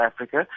Africa